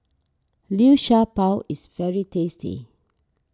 Liu Sha Bao is very tasty